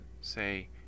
say